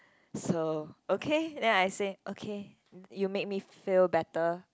so okay then I say okay you make me feel better